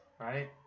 right